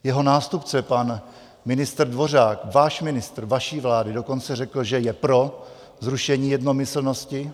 Jeho nástupce pan ministr Dvořák, váš ministr vaší vlády, dokonce řekl, že je pro zrušení jednomyslnosti.